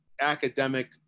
academic